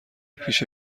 پیش